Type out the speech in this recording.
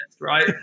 right